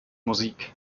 musik